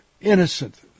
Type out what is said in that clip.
innocent